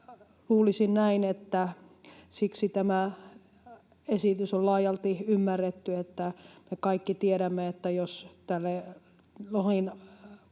luulisin näin, että siksi tämä esitys on laajalti ymmärretty, koska me kaikki tiedämme, että jos tälle